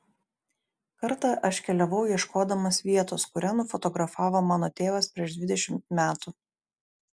kartą aš keliavau ieškodamas vietos kurią nufotografavo mano tėvas prieš dvidešimt metų